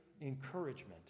encouragement